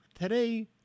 Today